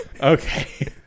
okay